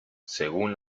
según